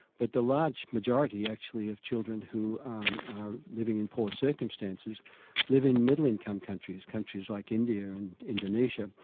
but the large majority actually of children who are living in poor circumstances live in middle income countries, countries like india and indonesia.